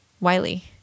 Wiley